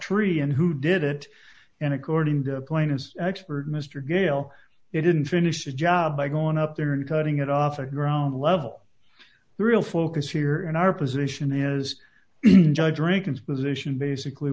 tree and who did it and according to plan as expert mr gale it didn't finish the job by going up there and cutting it off the ground level the real focus here in our position is judge rankin's position basically